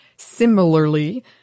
Similarly